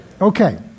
Okay